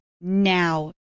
now